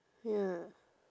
ya